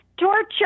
torture